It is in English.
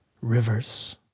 Rivers